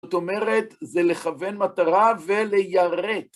זאת אומרת, זה לכוון מטרה וליירט.